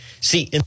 See